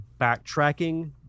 backtracking